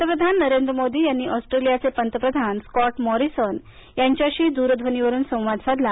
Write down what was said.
पंतप्रधान नरेंद्र मोदी यांनी ऑस्ट्रेलियाचे पंतप्रधान स्कॉट मॉरिसन यांच्याशी दूरध्वनीवरून संवाद साधला